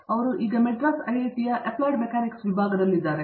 ಅವರು ಈಗ ಮದ್ರಾಸ್ ಐಐಟಿಯಲ್ಲಿ ಅಪ್ಲೈಡ್ ಮೆಕ್ಯಾನಿಕ್ಸ್ ವಿಭಾಗದಲ್ಲಿದ್ದಾರೆ